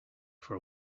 for